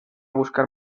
buscar